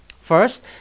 First